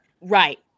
Right